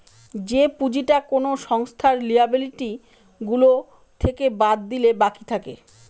যে পুঁজিটা কোনো সংস্থার লিয়াবিলিটি গুলো থেকে বাদ দিলে বাকি থাকে